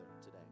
today